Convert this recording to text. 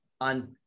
on